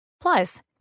Plus